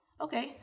okay